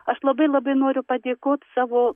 aš labai labai noriu padėkot savo